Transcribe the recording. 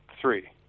three